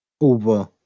over